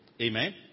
Amen